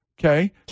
okay